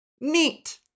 Neat